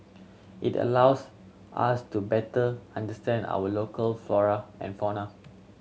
it allows us to better understand our local flora and fauna